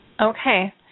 Okay